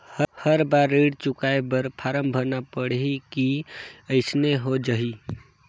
हर बार ऋण चुकाय बर फारम भरना पड़ही की अइसने हो जहीं?